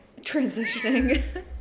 transitioning